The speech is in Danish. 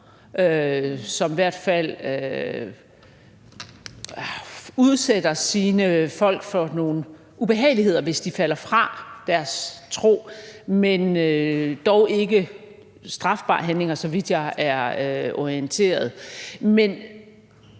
som i hvert fald udsætter sine folk for nogle ubehageligheder, hvis de falder fra deres tro, men dog ikke strafbare handlinger, så vidt jeg er orienteret. Men